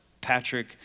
Patrick